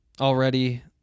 already